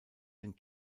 den